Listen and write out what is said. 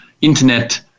internet